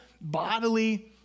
bodily